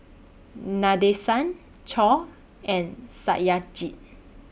Nadesan Choor and Satyajit